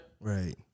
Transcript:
Right